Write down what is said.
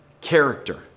Character